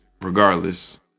Regardless